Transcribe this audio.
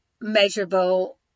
measurable